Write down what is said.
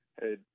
hey